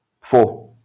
four